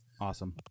Awesome